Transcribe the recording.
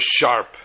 sharp